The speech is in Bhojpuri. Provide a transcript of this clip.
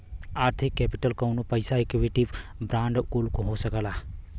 आर्थिक केपिटल कउनो पइसा इक्विटी बांड कुल हो सकला